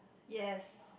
yes